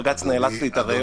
בג"ץ נאלץ להתערב.